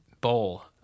bowl